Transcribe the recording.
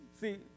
See